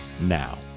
now